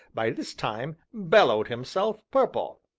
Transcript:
by this time, bellowed himself purple.